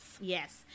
yes